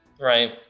right